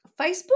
Facebook